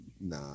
nah